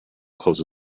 close